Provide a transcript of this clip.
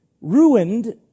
ruined